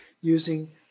using